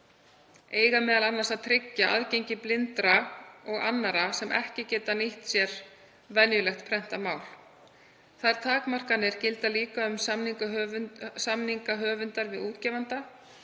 eiga m.a. að tryggja aðgengi blindra og annarra sem ekki geta nýtt sér venjulegt prentað mál. Þær takmarkanir gilda líka um samninga höfundar við útgefanda.